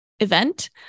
event